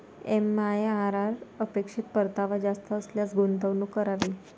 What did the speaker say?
MIRR अपेक्षित परतावा जास्त असल्यास गुंतवणूक करावी